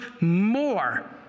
more